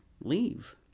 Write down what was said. leave